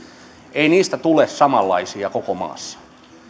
ei niistä tule samanlaisia koko maassa